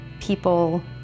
people